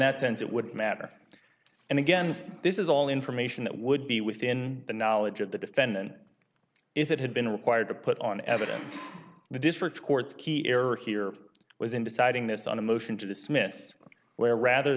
that sense it wouldn't matter and again this is all information that would be within the knowledge of the defendant if it had been required to put on evidence the district court's key error here was in deciding this on a motion to dismiss where rather